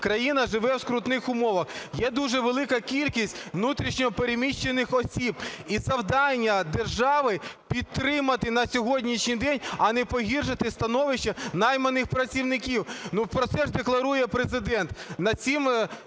країна живе в скрутних умовах? Є дуже велика кількість внутрішньо переміщених осіб і завдання держави – підтримати на сьогоднішній день, а не погіршити становище найманих працівників. Ну, про це ж декларує Президент, над цим працює